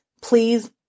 Please